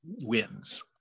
wins